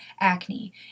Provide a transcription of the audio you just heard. acne